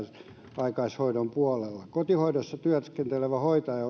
pitkäaikaishoidon puolelle kotihoidossa työskenteleviä hoitajia